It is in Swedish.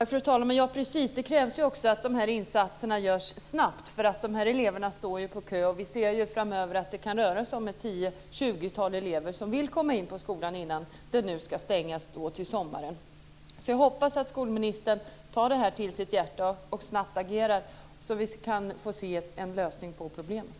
Fru talman! Det krävs ju också att de här insatserna görs snabbt. De här eleverna står på kö, och vi ser framöver att det kan röra sig om ett tiotal eller tjugotal elever som vill komma in på skolan innan den nu ska stängas till sommaren. Så jag hoppas att skolministern tar det här till sitt hjärta och snabbt agerar så att vi kan få se en lösning på problemet.